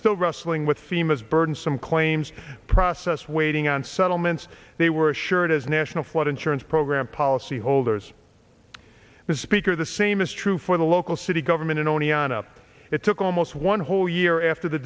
still wrestling with themas burdensome claims process waiting on settlements they were assured as national flood insurance program policyholders the speaker the same is true for the local city government in oneonta it took almost one whole year after the